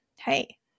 hey